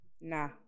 Nah